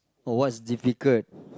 what's difficult